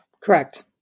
Correct